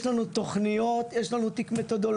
יש לנו תוכניות, יש לנו תיק מתודולוגיה.